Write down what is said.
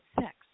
sex